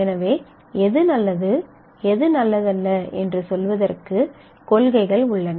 எனவே எது நல்லது எது நல்லதல்ல என்று சொல்வதற்கு கொள்கைகள் உள்ளன